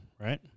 right